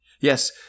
Yes